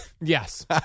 Yes